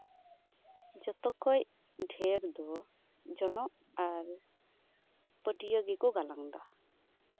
ᱡᱚᱛᱠᱷᱚᱡ ᱰᱷᱮᱨ ᱫᱚ ᱡᱚᱱᱚᱜ ᱟᱨ ᱯᱟᱹᱴᱭᱟᱹ ᱜᱮᱠᱚ ᱜᱮᱞᱟᱝ ᱫᱟ